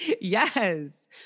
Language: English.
Yes